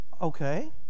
Okay